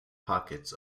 pockets